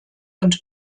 und